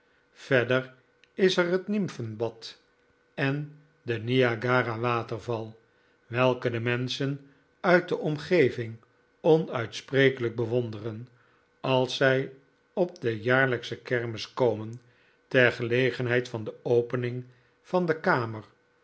verder is er het nimfenbad en de niagara waterval welke de menschen uit de omgeving onuitsprekelijk bewonderen als zij op de jaarlijksche kermis komen ter gelegenheid van de opening van de kamer